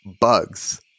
Bugs